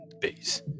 base